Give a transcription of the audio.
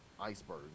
iceberg